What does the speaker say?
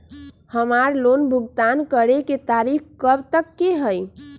हमार लोन भुगतान करे के तारीख कब तक के हई?